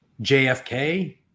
JFK